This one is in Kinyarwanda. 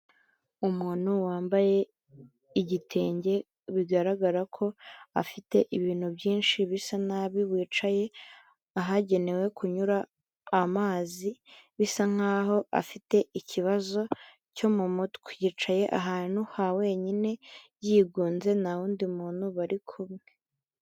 Umuntu wambaye igitenge bigaragara ko afite ibintu byinshi bisa nabi wicaye ahagenewe kunyura amazi bisa nkaho afite ikibazo cyo mu mutwe, yicaye ahantu ha wenyine yigunze nta wundi muntu bari kumwe.